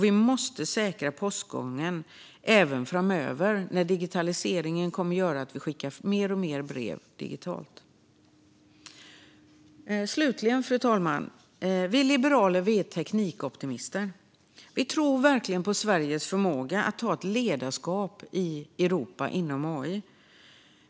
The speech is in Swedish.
Vi måste säkra postgången även framöver när digitaliseringen kommer att göra att fler och fler brev skickas digitalt. Slutligen, fru talman: Vi liberaler är teknikoptimister. Vi tror verkligen på Sveriges förmåga att i Europa ta på sig ett ledarskap inom AI.